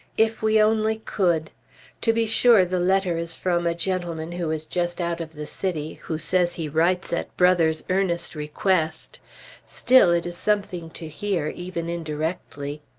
if we only could to be sure the letter is from a gentleman who is just out of the city, who says he writes at brother's earnest request still it is something to hear, even indirectly.